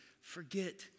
forget